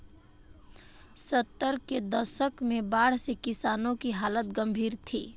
सत्तर के दशक में बाढ़ से किसानों की हालत गंभीर थी